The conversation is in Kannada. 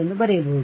ಎಂದು ಬರೆಯಬಹುದು